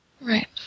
Right